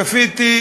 היום צפיתי,